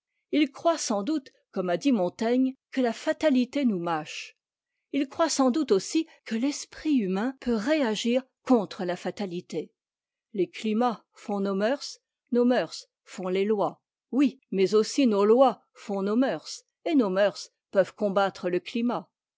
il croit sans doute comme a dit montaigne que la fatalité nous mâche il croit sans doute aussi que l'esprit humain peut réagir contre la fatalité les climats font nos mœurs nos mœurs font les lois oui mais aussi nos lois font nos mœurs et nos mœurs peuvent combattre le climat